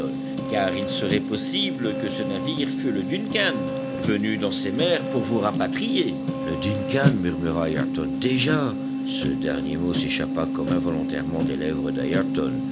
car il serait possible que ce navire fût le duncan venu dans ces mers pour vous rapatrier le duncan murmura ayrton déjà ce dernier mot s'échappa comme involontairement des lèvres d'ayrton